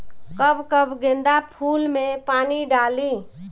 कब कब गेंदा फुल में पानी डाली?